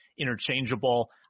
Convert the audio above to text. interchangeable